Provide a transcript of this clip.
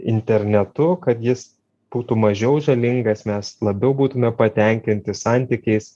internetu kad jis būtų mažiau žalingas mes labiau būtume patenkinti santykiais